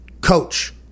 Coach